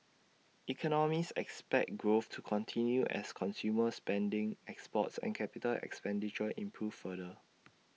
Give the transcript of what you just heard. economists expect growth to continue as consumer spending exports and capital expenditure improve further